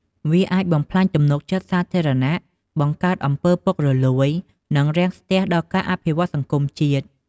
វាអាចបំផ្លាញទំនុកចិត្តសាធារណៈ បង្កើតអំពើពុករលួយ និងរាំងស្ទះដល់ការអភិវឌ្ឍន៍សង្គមជាតិ។